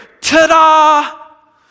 Ta-da